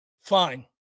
fine